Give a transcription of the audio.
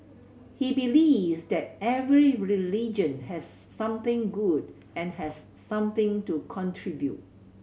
he believes that every religion has something good and has something to contribute